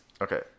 Okay